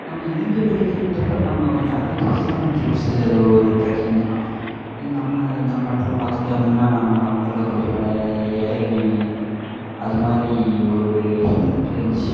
நம்ம இன்டிஜுவல் ரைடிங்கிறப்ப நம்ம கொஞ்சம் அட்வென்ச்சர்ஸான ட்ரிப்ஸு அது ஒரு ட்ரக்கிங் நம்ம தமிழ்நாட்டில் பாத்துக்கிட்டோம்னா நம்ம நாமக்கல்லில் கொல்லிமலை ஏலகிரி அதுமாதிரி ஒரு ஹில் ரேஞ்ச்